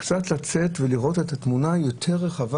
צריך לצאת ולראות את התמונה הרחבה,